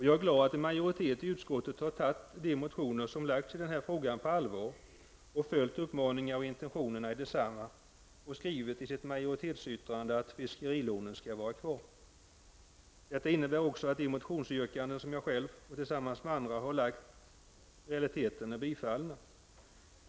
Jag är glad att en majoritet i utskottet har tagit de motioner som väckts i denna fråga på allvar och att man har följt uppmaningarna och intentionerna i desamma och skrivit i majoritetsyttrandet att fiskerilånen skall vara kvar. Detta innebär också att yrkandena i de motioner som jag själv och tillsammans med andra har väckt i realiteten är tillgodosedda.